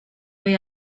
voy